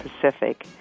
Pacific